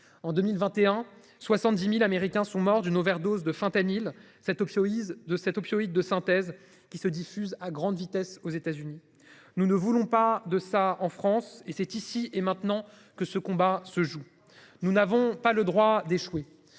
en 2021 70.000 américains sont morts d'une overdose de fentanyl cet opioïde de 7 opioïdes de synthèse qui se diffuse à grande vitesse aux États-Unis. Nous ne voulons pas de ça en France et c'est ici et maintenant que ce combat se joue. Nous n'avons pas le droit d'échouer.